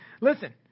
Listen